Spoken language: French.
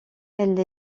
elle